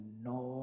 no